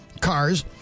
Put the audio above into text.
cars